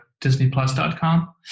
disneyplus.com